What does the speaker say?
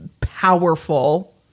powerful